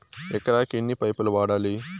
ఎకరాకి ఎన్ని పైపులు వాడాలి?